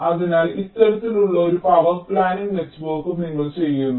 അതിനാൽ ഇത്തരത്തിലുള്ള ഒരു പവർ പ്ലാനിംഗ് നെറ്റ്വർക്കും നിങ്ങൾ ചെയ്യുന്നു